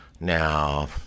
Now